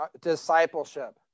discipleship